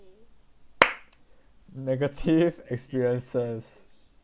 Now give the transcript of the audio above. negative experiences